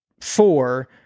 four